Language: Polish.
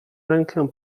rękę